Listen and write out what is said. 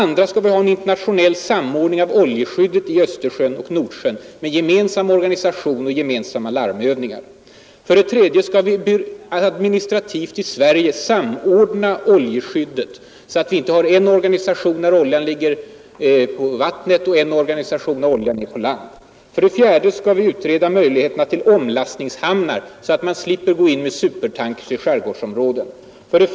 Vi skall ha en internationell samordning av oljeskyddet i Östersjön och Nordsjön med gemensam organisation och gemensamma larmövningar. 3. Vi skall administrativt i Sverige samordna oljeskyddet, så att vi inte har en organisation när oljan ligger på vattnet och en annan organisation när oljan når land. 4, Vi skall utreda möjligheterna till omlastningshamnar, så att man slipper gå in med supertankers i skärgårdsområden. 5.